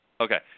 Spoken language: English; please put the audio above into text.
Okay